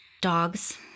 Dogs